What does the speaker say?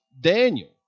Daniel